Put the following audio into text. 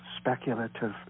speculative